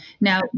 now